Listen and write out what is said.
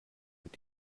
wird